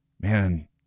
man